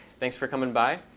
thanks for coming by.